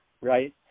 right